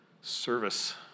service